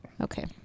Okay